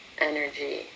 energy